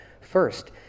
First